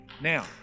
now